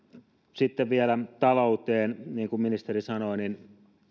sitten vielä talouteen niin kuin ministeri sanoi